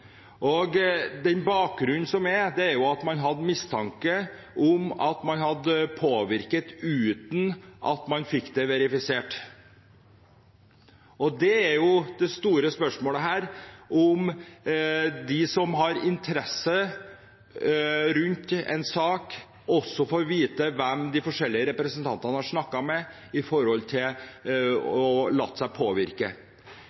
Bakgrunnen for det er at man hadde en mistanke om at man hadde påvirket, uten at man fikk det verifisert. Og det er det store spørsmålet her: Får de som har interesse rundt en sak, vite hvem de forskjellige representantene har snakket med,